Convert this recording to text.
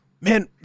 Man